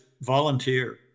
volunteer